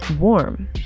warm